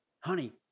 honey